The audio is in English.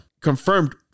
Confirmed